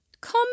Come